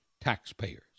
taxpayers